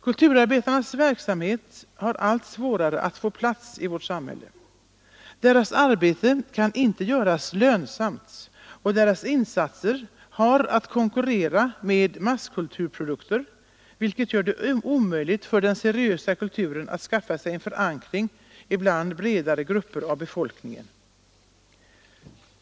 Kulturarbetarnas verksamhet har allt svårare att få plats i vårt samhälle. Deras arbete kan inte göras lönsamt och deras insatser har att konkurrera med masskulturprodukter, vilket gör det omöjligt för den seriösa kulturen att skaffa sig en förankring bland bredare grupper av befolkningen.